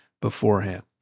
beforehand